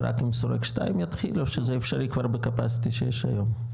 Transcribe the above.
זה רק עם שורק 2 יתחיל או שזה אפשרי כבר בקיבולת שיש היום?